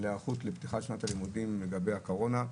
ההיערכות לפתיחת שנת הלימודים לגבי הקורונה.